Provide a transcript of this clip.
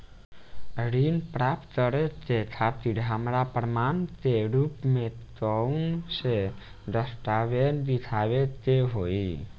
ऋण प्राप्त करे के खातिर हमरा प्रमाण के रूप में कउन से दस्तावेज़ दिखावे के होइ?